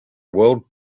world